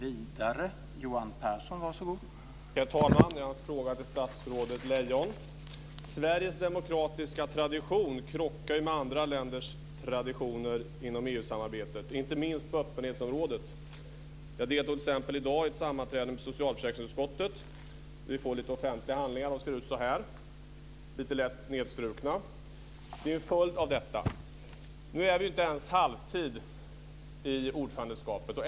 Herr talman! Jag har en fråga till statsrådet Lejon. Sveriges demokratiska tradition krockar ju med andra länders traditioner i EU-samarbetet, inte minst på öppenhetsområdet. Jag deltog t.ex. i dag i ett sammanträde med socialförsäkringsutskottet. Jag har här i min hand några av de offentliga handlingar vi fick, och som ni ser är de kraftigt nedstrukna. Det är en följd av detta. Vi har inte ens nått halvtid i ordförandeskapet.